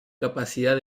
capacidad